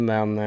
Men